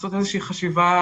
לעשות איזושהי חשיבה,